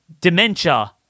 dementia